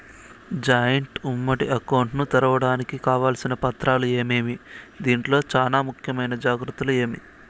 Joint ఉమ్మడి account ను తెరవడానికి కావాల్సిన పత్రాలు ఏమేమి? దీంట్లో చానా ముఖ్యమైన జాగ్రత్తలు ఏమి?